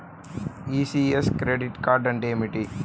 ECS credit అంటే ఏమిటి?